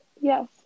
Yes